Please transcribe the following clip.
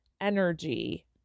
energy